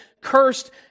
cursed